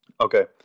Okay